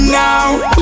now